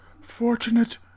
fortunate